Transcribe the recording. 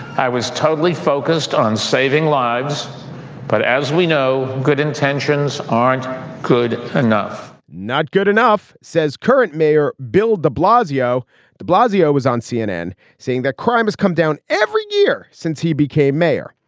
i was totally focused focused on saving lives but as we know good intentions aren't good enough not good enough says current mayor bill de blasio de blasio was on cnn saying that crime has come down every year since he became mayor.